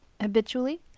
habitually